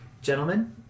Gentlemen